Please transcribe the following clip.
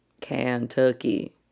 Kentucky